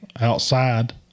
outside